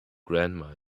grandma